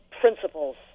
principles